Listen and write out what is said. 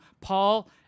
Paul